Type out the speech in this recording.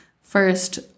first